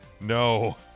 No